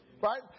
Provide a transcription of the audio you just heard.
right